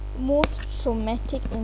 most traumatic in~